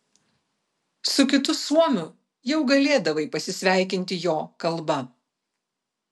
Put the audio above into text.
su kitu suomiu jau galėdavai pasisveikinti jo kalba